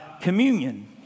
Communion